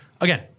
again